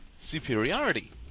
superiority